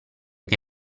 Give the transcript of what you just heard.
che